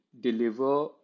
deliver